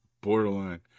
borderline